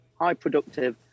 high-productive